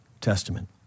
Testament